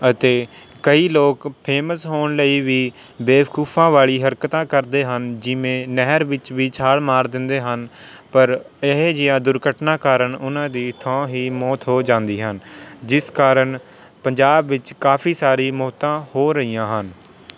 ਅਤੇ ਕਈ ਲੋਕ ਫੇਮਸ ਹੋਣ ਲਈ ਵੀ ਬੇਵਕੂਫਾਂ ਵਾਲੀ ਹਰਕਤਾਂ ਕਰਦੇ ਹਨ ਜਿਵੇਂ ਨਹਿਰ ਵਿੱਚ ਵੀ ਛਾਲ ਮਾਰ ਦਿੰਦੇ ਹਨ ਪਰ ਇਹੋ ਜਿਹੀਆਂ ਦੁਰਘਟਨਾ ਕਾਰਨ ਉਹਨਾਂ ਦੀ ਥਾਂ ਹੀ ਮੌਤ ਹੋ ਜਾਂਦੀ ਹਨ ਜਿਸ ਕਾਰਨ ਪੰਜਾਬ ਵਿੱਚ ਕਾਫੀ ਸਾਰੀ ਮੌਤਾਂ ਹੋ ਰਹੀਆਂ ਹਨ